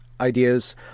ideas